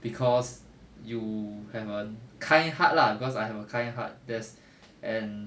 cause you have a kind heart lah cause I have a kind heart that's and